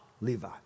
Levi